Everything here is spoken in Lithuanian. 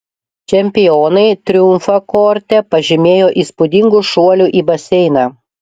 čempionai triumfą korte pažymėjo įspūdingu šuoliu į baseiną